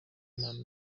byinshi